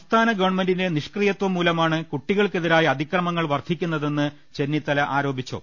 സംസ്ഥാന ഗവൺമെന്റിന്റെ നിഷ്ക്രി യത്വം മൂലമാണ് കുട്ടികൾക്കെതിരായ അതിക്രമങ്ങൾ വർധിക്കു ന്നതെന്ന് ചെന്നിത്തല ആരോപിച്ചു